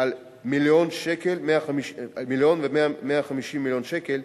על מיליון ו-150,000 שקל,